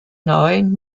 neuen